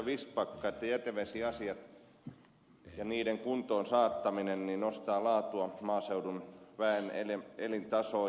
vistbacka että jätevesiasioiden kuntoon saattaminen nostaa laatua maaseudun väen elintasoa